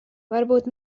varbūt